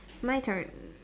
my turn